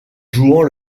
jouant